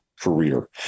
career